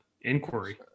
inquiry